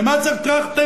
למה צריך ט-ר-כ-ט-נ-ב-ר-ג?